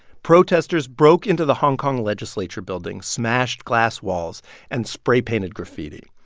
protesters broke into the hong kong legislature buildings, smashed glass walls and spray-painted graffiti.